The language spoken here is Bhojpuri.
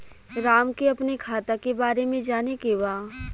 राम के अपने खाता के बारे मे जाने के बा?